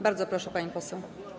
Bardzo proszę, pani poseł.